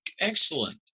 excellent